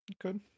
good